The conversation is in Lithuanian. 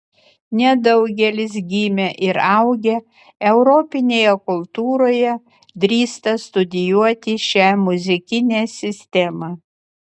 nedaugelis gimę ir augę europinėje kultūroje drįsta studijuoti šią muzikinę sistemą